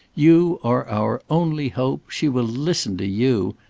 you are our only hope. she will listen to you.